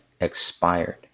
expired